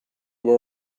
were